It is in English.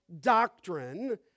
doctrine